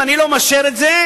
אם אני לא מאשר את זה,